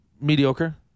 mediocre